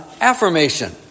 affirmation